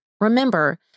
remember